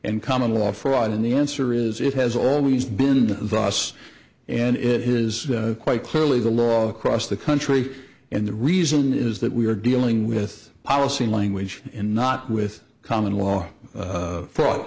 and common law fraud and the answer is it has always been thus and it is quite clearly the law across the country and the reason is that we are dealing with policy language and not with common law thought